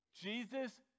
Jesus